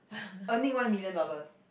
earning one million dollars